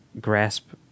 grasp